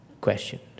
questions